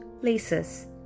places